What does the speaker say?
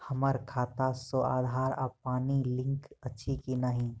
हम्मर खाता सऽ आधार आ पानि लिंक अछि की नहि?